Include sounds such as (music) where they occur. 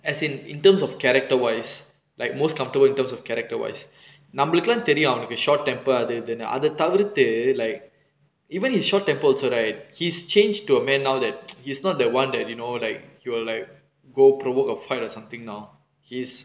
as in in terms of character wise like most comfortable in terms of character wise நம்மளுக்கெல்லா தெரியும் அவனுக்கு:nammalukellaa theriyum avanukku short temper அது இதுன்னு அது தவிர்த்து:athu ithunu athu thavirthu like even he's short temper also right he's changed to a man now that (noise) he's not the [one] that you know like he will like go provoke a fight or something now he's